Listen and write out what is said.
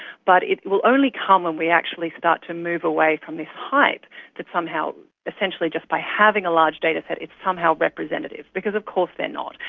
but it will only come when we actually start to move away from this hype that somehow essentially just by having a large dataset it's somehow representative because of course they are not.